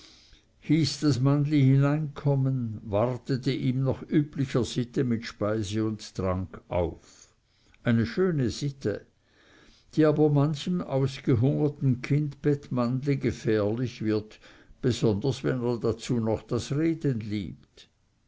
hieß das mannli hinein kommen wartete ihm nach üblicher sitte mit speise und trank auf eine schöne sitte die aber manchem ausgehungerten kindbettmannli gefährlich wird besonders wenn er dazu noch das reden liebt